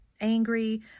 angry